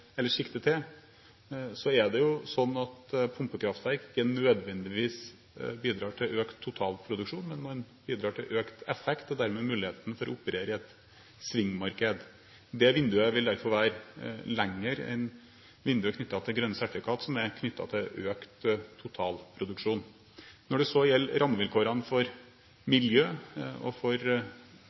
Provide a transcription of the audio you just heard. økt effekt og gir dermed muligheten til å operere i et svingmarked. Det vinduet vil derfor være lenger enn vinduet som er knyttet til grønne sertifikater, som er knyttet til økt totalproduksjon. Når det gjelder rammevilkårene for miljø og